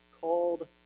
called